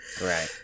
Right